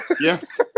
Yes